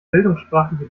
bildungssprachliche